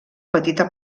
petita